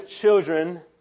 children